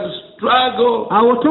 struggle